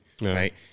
right